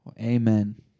Amen